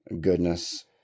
goodness